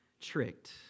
tricked